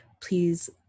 please